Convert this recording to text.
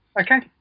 Okay